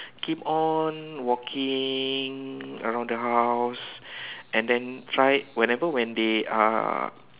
keep on walking around the house and then try whenever when they are